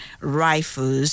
rifles